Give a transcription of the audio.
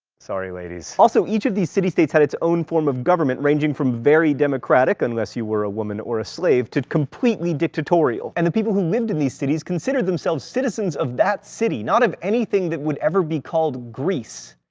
sorry ladies. also, each of the city-states had its own form of government, ranging from very democratic unless you were a woman or a slave to completely dictatorial. and the people who lived in these cities considered themselves citizens of that city, not of anything that would ever be called greece.